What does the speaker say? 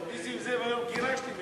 את נסים זאב היום גירשתי מפה.